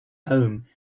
home